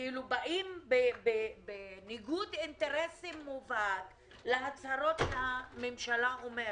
כאילו באים בניגוד אינטרסים מובהק להצהרות שהממשלה אומרת.